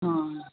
हाँ